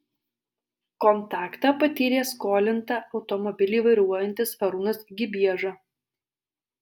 kontaktą patyrė skolinta automobilį vairuojantis arūnas gibieža